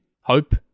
hope